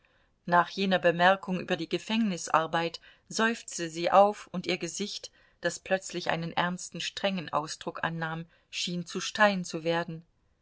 nach jener bemerkung über die gefängnisarbeit seufzte sie auf und ihr gesicht das plötzlich einen ernsten strengen ausdruck annahm schien zu stein zu werden